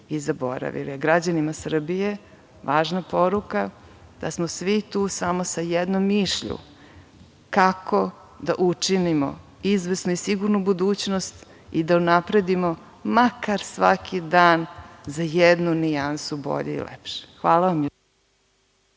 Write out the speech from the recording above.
i zaboravili. Građanima Srbije važna poruka, da smo svi tu samo sa jednom mišlju, kako da učinimo izvesnu i sigurnu budućnost i da unapredimo makar svaki dan za jednu nijansu bolje i lepše. Hvala vam